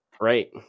right